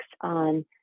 on